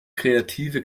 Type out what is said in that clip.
kreative